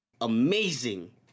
amazing